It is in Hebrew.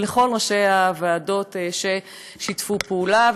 ולכל ראשי הוועדות ששיתפו פעולה.